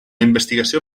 investigació